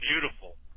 beautiful